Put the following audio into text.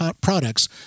products